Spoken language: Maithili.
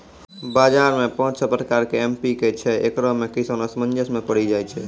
बाजार मे पाँच छह प्रकार के एम.पी.के छैय, इकरो मे किसान असमंजस मे पड़ी जाय छैय?